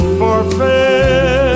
forfeit